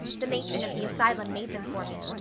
the matron of the asylum made them for me.